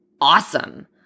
awesome